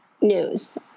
news